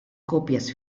copias